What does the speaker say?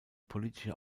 politische